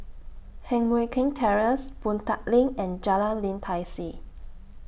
Heng Mui Keng Terrace Boon Tat LINK and Jalan Lim Tai See